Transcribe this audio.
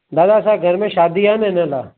दादा असांजे घर में शादी आहे न इन लाइ